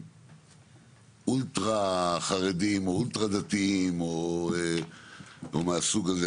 אולטרה חרדים או אולטרה דתיים או מהסוג הזה,